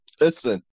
listen